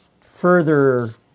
further